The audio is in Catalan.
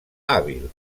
hàbil